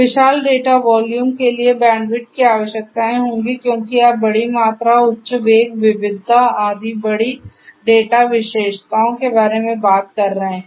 विशाल data volume के लिए bandwidth की आवश्यकताएं होंगी क्योंकि आप बड़ी मात्रा उच्च वेग विविधता आदि बड़ी डेटा विशेषताओं के बारे में बात कर रहे हैं